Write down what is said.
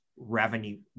revenue